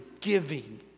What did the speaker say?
giving